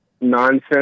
nonsense